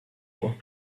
law